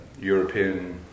European